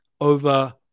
over